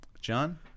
John